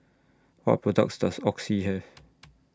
What products Does Oxy Have